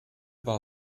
war